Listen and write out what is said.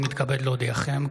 אני מתכבד להודיעכם,